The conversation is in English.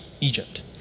Egypt